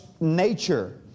nature